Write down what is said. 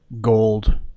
gold